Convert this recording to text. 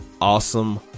Awesome